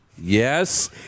Yes